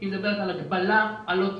היא מדברת על הגבלה, על "לא תיתן",